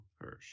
Hirsch